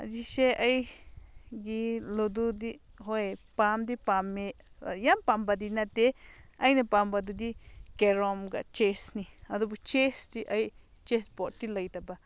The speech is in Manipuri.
ꯍꯧꯖꯤꯛꯁꯦ ꯑꯩ ꯒꯤ ꯂꯣꯗꯨꯗꯤ ꯍꯣꯏ ꯄꯥꯝꯗꯤ ꯄꯥꯝꯃꯦ ꯌꯥꯝ ꯄꯥꯝꯕꯗꯤ ꯅꯠꯇꯦ ꯑꯩꯅ ꯄꯥꯝꯕꯗꯨꯗꯤ ꯀꯦꯔꯣꯝꯒ ꯆꯦꯁꯅꯤ ꯑꯗꯨꯕꯨ ꯆꯦꯁꯇꯤ ꯑꯩ ꯆꯦꯁ ꯕꯣꯔꯠꯇꯤ ꯂꯩꯇꯕ